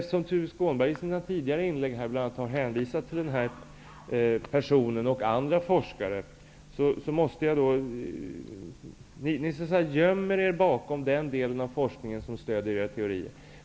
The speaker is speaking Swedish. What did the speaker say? Tuve Skånberg har i sina inlägg bl.a. hänvisat till olika forskare. Ni gömmer er bakom den del av forskningen som stöder era teorier.